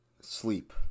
Sleep